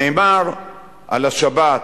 נאמר על השבת: